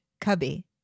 cubby